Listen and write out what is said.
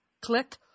click